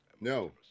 No